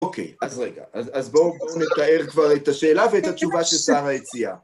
אוקיי, אז רגע, אז בואו נתאר כבר את השאלה ואת התשובה ששרה הציעה.